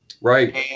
right